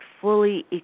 fully